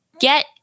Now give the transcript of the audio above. get